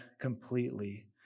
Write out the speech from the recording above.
completely